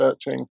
searching